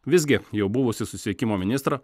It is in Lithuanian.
visgi jau buvusi susisiekimo ministrą